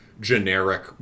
generic